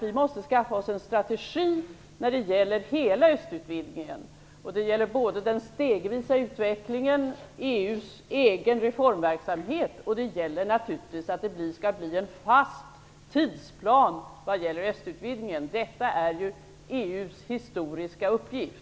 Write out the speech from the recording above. Vi måste skaffa oss en strategi när det gäller hela östutvidgningen. Det gäller både den stegvisa utvecklingen, EU:s egen reformverksamhet och naturligtvis att det skall bli en fast tidsplan för östutvidgningen. Detta är EU:s historiska uppgift.